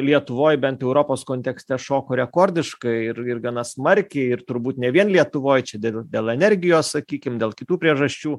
lietuvoj bent jau europos kontekste šoko rekordiškai ir ir gana smarkiai ir turbūt ne vien lietuvoj čia dėl dėl energijos sakykim dėl kitų priežasčių